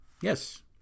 Yes